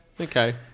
Okay